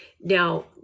Now